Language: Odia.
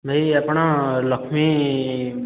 ଭାଇ ଆପଣ ଲକ୍ଷ୍ମୀ